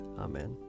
Amen